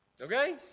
Okay